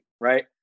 right